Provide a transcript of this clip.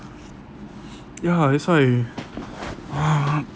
ya that's why